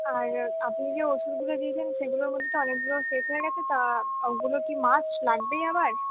আর আপনি যে ওষুধগুলো দিয়েছেন সেগুলোর মধ্যে তো অনেকগুলো শেষ হয়ে গেছে তা ওইগুলো কি মাস্ট লাগবেই আবার